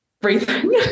Breathing